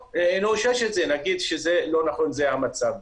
או נאושש את זה, נגיד שזה לא נכון, זה המצב.